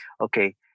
okay